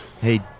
Hey